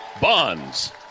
Bonds